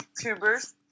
tubers